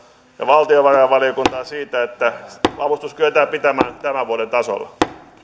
ja valtiovarainvaliokuntaa siitä että avustus kyetään pitämään tämän vuoden tasolla